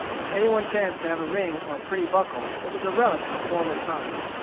if any one chanced to have a ring or pretty buckle, it was a relic of former times.